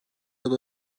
yol